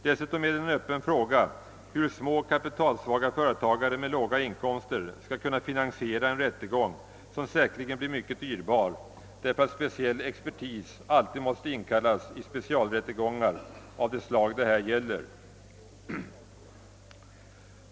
Dessutom är det en öppen fråga hur små kapitalsvaga företagare med låga inkomster skall kunna finansiera en rättegång som säkerligen blir mycket dyrbar, därför att speciell expertis alltid måste inkallas i specialrättegångar av det slag det här gäller.